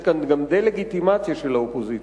יש כאן גם דה-לגיטימציה של האופוזיציה: